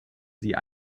sie